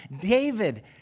David